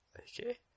Okay